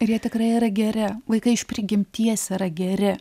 ir jie tikrai yra geri vaikai iš prigimties yra geri